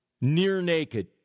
near-naked